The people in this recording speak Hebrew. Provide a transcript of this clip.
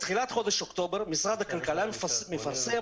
בתחילת חודש אוקטובר משרד הכלכלה פירסם